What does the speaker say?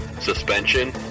suspension